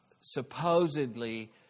supposedly